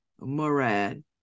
Murad